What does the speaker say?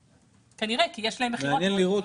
כנראה, כי יש להם מכירות גדולות.